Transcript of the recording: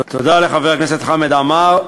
תודה לחבר הכנסת חמד עמאר.